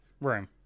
room